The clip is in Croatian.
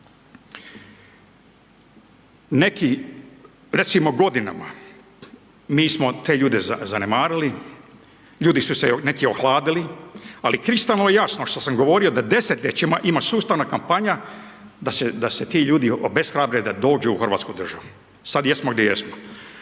neki recimo godinama, mi smo te ljude zanemarili, ljudi su se neki ohladili, ali kristalno je jasno što sam govorio da desetljećima ima sustavna kampanja da se ti ljudi obeshrabre da dođu u Hrvatsku državu. Sad jesmo gdje jesmo.